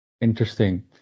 Interesting